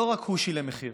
לא רק הוא שילם מחיר,